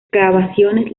excavaciones